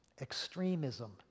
extremism